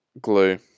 Glue